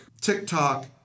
TikTok